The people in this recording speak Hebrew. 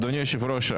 אדוני היושב ראש,